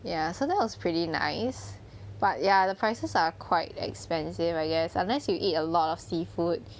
ya so that was pretty nice but ya the prices are quite expensive I guess unless you eat a lot of seafood